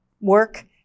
work